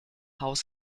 haus